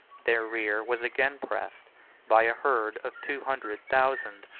their rear was again pressed by a herd of two hundred thousand,